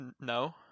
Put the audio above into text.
No